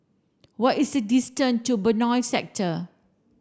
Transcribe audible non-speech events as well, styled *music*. what is the *unintelligible* to Benoi Sector